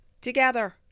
together